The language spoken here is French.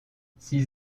six